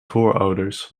voorouders